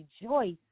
rejoice